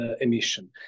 emission